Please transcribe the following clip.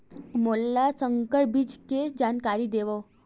मोला संकर बीज के जानकारी देवो?